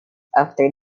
after